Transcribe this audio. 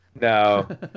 No